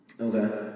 Okay